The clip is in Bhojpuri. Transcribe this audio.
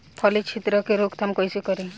फली छिद्रक के रोकथाम कईसे करी?